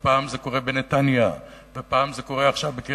ופעם זה קורה בנתניה ועכשיו זה קורה בקריית-חיים,